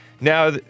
now